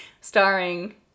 starring